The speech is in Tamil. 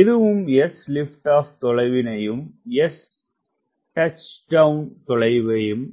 இதுவும் sLO தொலைவினையும் sTD ம்